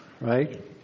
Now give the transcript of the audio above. right